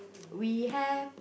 we have